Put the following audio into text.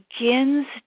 begins